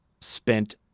spent